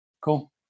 cool